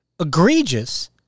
egregious